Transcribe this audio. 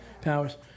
Powers